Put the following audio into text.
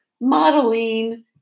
modeling